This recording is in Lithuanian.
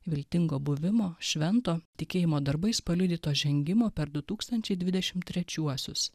viltingo buvimo švento tikėjimo darbais paliudyto žengimo per du tūkstančiai dvidešim trečiuosius